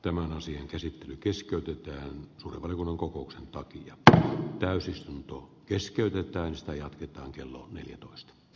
tämän asian käsittely keskeytettyään runokokouksen takia p täysistunnon keskeytyy toista jatketaan kello neljätoista j